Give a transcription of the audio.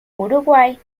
uruguay